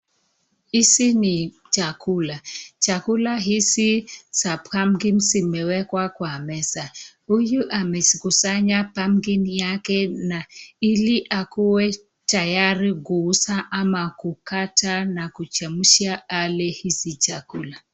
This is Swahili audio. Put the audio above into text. Hizi ni chakula, Chakula hizi za (cs)pumpkin(cs) zimewekwa kwa meza huyu amekusanya (cs) pumpkin(cs)yake na ili akue tayari kuuza ama kukata na kuchemshwa hali hizi chakula.